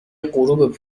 غروب